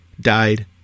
died